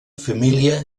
família